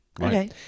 Okay